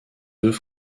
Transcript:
deux